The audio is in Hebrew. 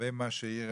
לגבי מה שהעירה